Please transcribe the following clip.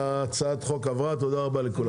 הצבעה לא אושר הצעת החוק עברה, תודה רבה לכולם.